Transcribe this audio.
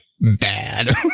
bad